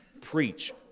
preach